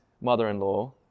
mother-in-law